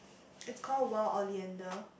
it's call Wild Oleander